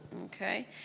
Okay